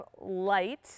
light